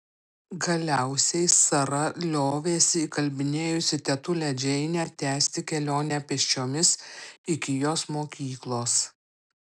galiausiai sara liovėsi įkalbinėjusi tetulę džeinę tęsti kelionę pėsčiomis iki jos mokyklos